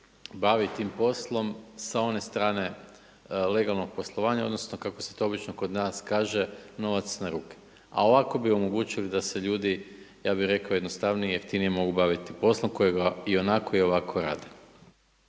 bavi tim poslom sa one strane legalnog poslovanja, odnosno kako se to obično kod nas kaže novac na ruke. A ovako bi omogućili da se ljudi, ja bih rekao jednostavnije, jeftinije mogu baviti poslom kojega ionako i ovako rade.